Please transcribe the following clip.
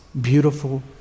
beautiful